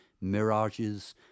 Mirages